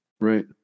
Right